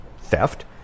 theft